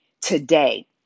today